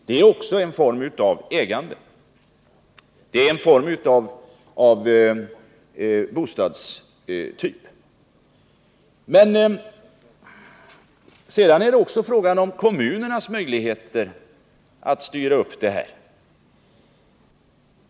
Det är också detsamma som att främja ägande av sin bostad. Sedan var det också fråga om kommunernas möjligheter att styra på detta område.